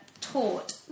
taught